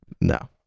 No